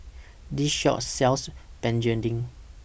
This Shop sells Begedil